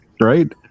right